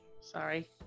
Sorry